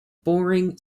boring